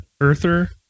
earther